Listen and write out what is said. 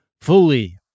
fully